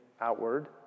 outward